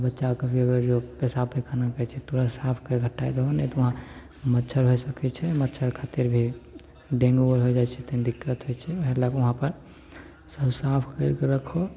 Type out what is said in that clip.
आओर बच्चा जँ अगर कभी पेसाब पैखाना करै छै तऽ तुरन्त साफ करिके हटाइ दहो नहि तऽ हुआँ मच्छर भै सकै छै मच्छर काटतै जे डेन्गू आर हो जाइ छै तनि दिक्कत होइ छै वएह लैके हुआँपर सब साफ करिके रखहो